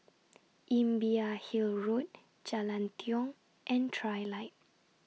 Imbiah Hill Road Jalan Tiong and Trilight